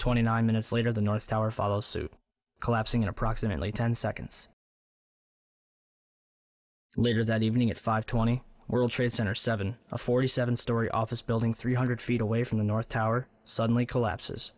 twenty nine minutes later the north tower follow suit collapsing in approximately ten seconds later that evening at five twenty world trade center seven forty seven story office building three hundred feet away from the north tower suddenly collapses